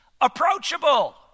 approachable